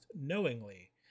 knowingly